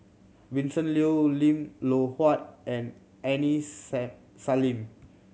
Vincent Leow Lim Loh Huat and Aini Salim